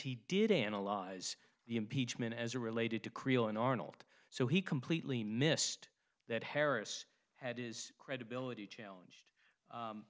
he did analyze the impeachment as a related to creel in arnold so he completely missed that harris had his credibility challenged